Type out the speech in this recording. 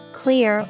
clear